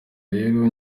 rero